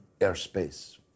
airspace